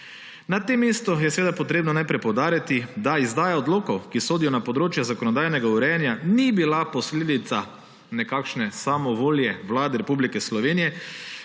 Na tem mestu je seveda treba najprej poudariti, da izdaja odlokov, ki sodijo na področje zakonodajnega urejanja, ni bila posledica nekakšne samovolje Vlade Republike Slovenije,